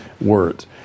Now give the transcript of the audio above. words